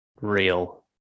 real